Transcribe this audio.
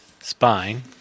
Spine